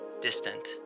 distant